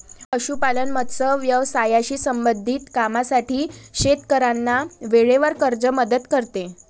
पशुपालन, मत्स्य व्यवसायाशी संबंधित कामांसाठी शेतकऱ्यांना वेळेवर कर्ज मदत करते